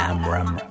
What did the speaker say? Amram